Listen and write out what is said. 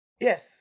Yes